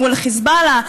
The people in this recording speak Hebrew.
מול חיזבאללה,